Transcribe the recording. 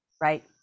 Right